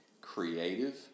creative